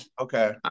Okay